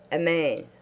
a man,